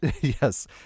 Yes